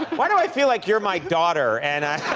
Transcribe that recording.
why do i feel like you're my daughter, and i.